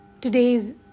today's